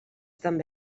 també